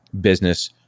business